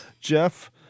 Jeff